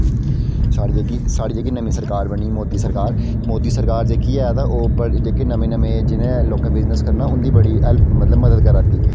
साढ़ी जेह्की नमीं सरकार बनी मोदी सरकार मोदी सरकार जेह्की ऐ ता जेह्के नमें नमें जि'नें लोकें बिजनस करना उंदी बड़ी हैल्प मतलव मदद करा दी